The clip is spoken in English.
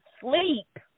sleep